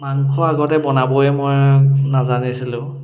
মাংস আগতে বনাবয়ে মই নাজানিছিলোঁ